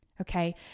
okay